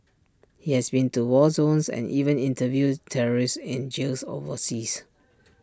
he has been to war zones and even interviewed terrorists in jails overseas